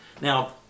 now